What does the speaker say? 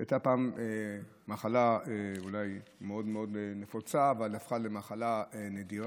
היא הייתה פעם מחלה אולי מאוד מאוד נפוצה אבל הפכה למחלה נדירה,